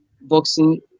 boxing